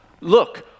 look